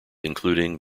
including